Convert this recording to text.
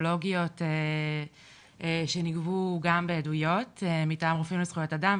פסיכולוגיות שנגבו גם בעדויות מטעם רופאים לזכויות אדם,